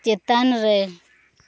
ᱪᱮᱛᱟᱱ ᱨᱮ